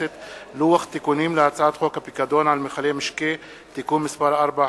לוח תיקונים להצעת חוק הפיקדון על מכלי משקה (תיקון מס' 4),